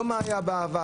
לא מה היה בעבר,